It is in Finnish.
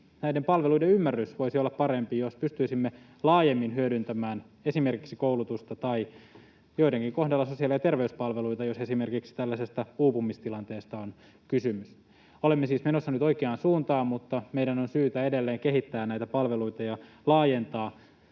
näiden palveluiden ymmärtäminen voisi olla parempi, jos pystyisimme laajemmin hyödyntämään esimerkiksi koulutusta tai joidenkin kohdalla sosiaali- ja terveyspalveluita, jos esimerkiksi tällaisesta uupumistilanteesta on kysymys. Olemme siis menossa nyt oikeaan suuntaan, mutta meidän on syytä edelleen kehittää näitä palveluita ja laajentaa